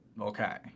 Okay